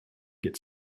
get